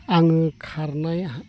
आङो खारनाय